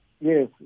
Yes